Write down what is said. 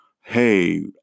Hey